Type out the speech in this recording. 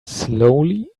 slowly